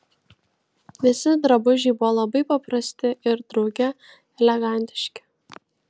visi drabužiai buvo labai paprasti ir drauge elegantiški